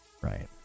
Right